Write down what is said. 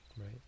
right